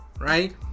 right